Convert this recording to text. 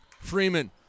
Freeman